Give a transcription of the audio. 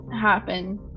happen